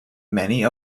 many